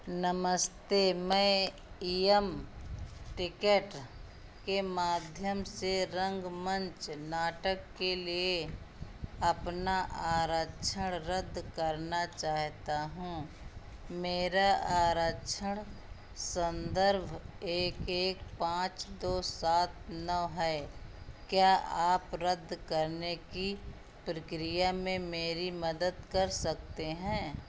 नमस्ते मैं M ticket के माध्यम से रंगमंच नाटक के लिए अपना आरक्षण रद्द करना चाहता हूँ मेरा आरक्षण संदर्भ एक एक पाँच दो सात नौ है क्या आप रद्द करने की प्रक्रिया में मेरी मदद कर सकते हैं